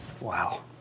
Wow